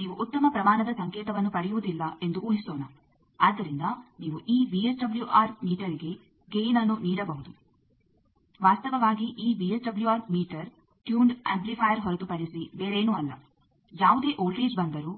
ನೀವು ಉತ್ತಮ ಪ್ರಮಾಣದ ಸಂಕೇತವನ್ನು ಪಡೆಯುವುದಿಲ್ಲ ಎಂದು ಊಹಿಸೋಣ ಆದ್ದರಿಂದ ನೀವು ಈ ವಿಎಸ್ಡಬ್ಲ್ಯೂಆರ್ ಮೀಟರ್ಗೆ ಗೈನ್ಅನ್ನು ನೀಡಬಹುದು ವಾಸ್ತವವಾಗಿ ಈ ವಿಎಸ್ಡಬ್ಲ್ಯೂಆರ್ ಮೀಟರ್ ಟ್ಯೂಂಡ್ ಅಂಪ್ಲಿಫಾಯರ್ ಹೊರತುಪಡಿಸಿ ಬೇರೇನೂ ಅಲ್ಲ ಯಾವುದೇ ವೋಲ್ಟೇಜ್ ಬಂದರೂ